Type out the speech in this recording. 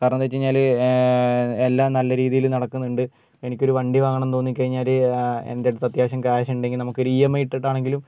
കാരണം എന്താണെന്ന് വെച്ചുകഴിഞ്ഞാൽ എല്ലാം നല്ല രീതിയിൽ നടക്കുന്നുണ്ട് എനിക്കൊരു വണ്ടി വാങ്ങണം എന്ന് തോന്നി കഴിഞ്ഞാൽ എൻ്റെ അടുത്ത് അത്യാവശ്യം ക്യാഷ് ഉണ്ടെങ്കിൽ നമുക്ക് ഒരു ഇ എം ഐ ഇട്ടിട്ട് ആണെങ്കിലും